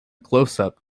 closeup